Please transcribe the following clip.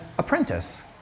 Apprentice